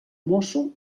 mosso